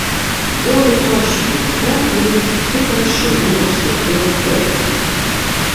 jau rytoj šiauliuose įvyks tikras šiaulių apskrities derbis